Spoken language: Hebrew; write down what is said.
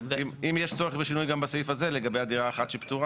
אם יש צורך גם בסעיף הזה לגבי הדירה האחת שפטורה